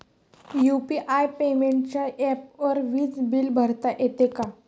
UPI पेमेंटच्या ऍपवरुन वीज बिल भरता येते का?